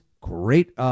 great